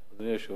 אדוני היושב-ראש,